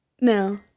No